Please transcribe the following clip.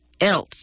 else